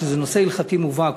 שזה נושא הלכתי מובהק,